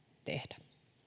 tehdä